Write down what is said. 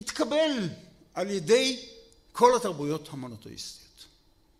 יתקבל על ידי כל התרבויות המונוטואיסטיות.